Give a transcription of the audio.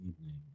evening